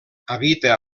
habita